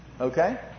Okay